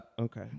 Okay